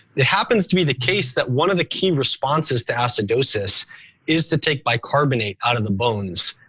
it happens to be the case that one of the key responses to acidosis is to take bicarbonate out of the bones.